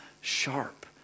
sharp